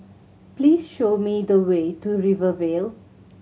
please show me the way to Rivervale